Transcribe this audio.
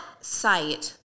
site